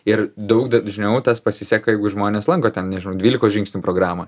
ir daug dažniau tas pasiseka jeigu žmonės lanko ten nežinau dvylikos žingsnių programą